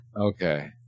Okay